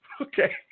okay